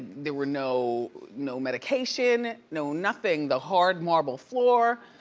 there were no no medication, no nothing, the hard marble floor,